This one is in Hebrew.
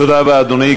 תודה רבה, אדוני.